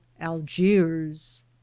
algiers